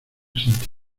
sentí